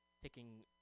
taking